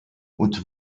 und